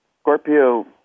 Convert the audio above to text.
Scorpio